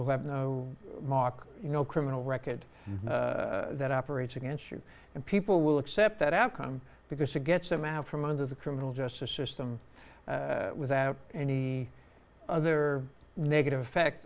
will have a mock you know criminal record that operates against you and people will accept that outcome because it gets them out from under the criminal justice system without any other negative effect